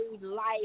life